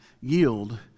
yield